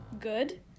good